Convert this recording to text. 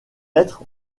être